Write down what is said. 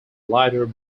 lighter